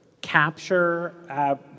capture